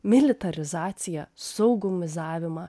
militarizaciją saugų mizavimą